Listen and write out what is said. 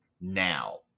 now